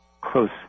close